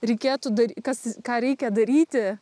reikėtų dar kas ką reikia daryti